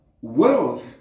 wealth